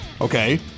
Okay